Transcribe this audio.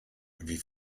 wie